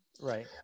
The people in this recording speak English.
Right